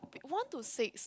one to six